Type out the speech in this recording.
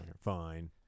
Fine